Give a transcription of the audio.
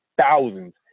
thousands